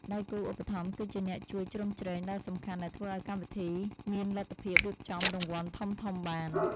ដៃគូឧបត្ថម្ភគឺជាអ្នកជួយជ្រោមជ្រែងដ៏សំខាន់ដែលធ្វើឱ្យកម្មវិធីមានលទ្ធភាពរៀបចំរង្វាន់ធំៗបាន។